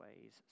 ways